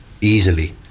easily